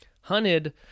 hunted